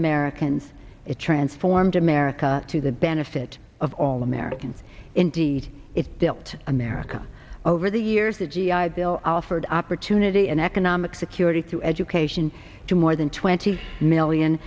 americans it transformed america to the benefit of all americans indeed it built america over the years a g i bill offered opportunity and economic security to education to more than twenty million